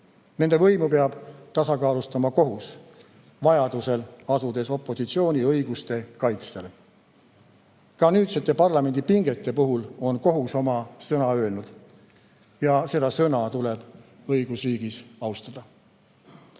Nende võimu peab tasakaalustama kohus, vajadusel asudes opositsiooni õiguste kaitsele. Ka nüüdsete parlamendi pingete puhul on kohus oma sõna öelnud ja seda sõna tuleb õigusriigis austada.